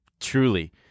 Truly